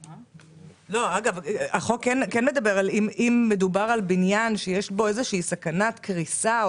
אם מדובר על בניין שיש בו איזו שהיא סכנת קריסה,